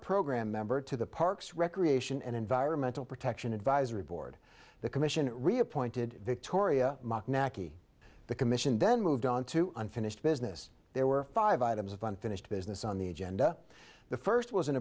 program member to the parks recreation and environmental protection advisory board the commission reappointed victoria macchi the commission then moved on to unfinished business there were five items of unfinished business on the agenda the first was